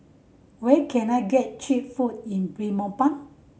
where can I get cheap food in Belmopan